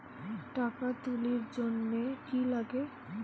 টাকা তুলির জন্যে কি লাগে?